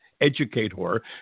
educator